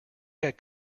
had